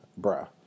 bruh